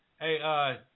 Hey